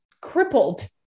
crippled